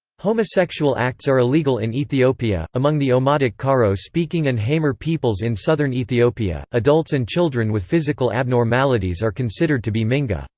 homosexual acts are illegal in ethiopia among the omotic karo-speaking and hamer peoples in southern ethiopia, adults and children with physical abnormalities are considered to be mingi,